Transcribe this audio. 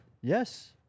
Yes